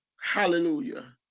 hallelujah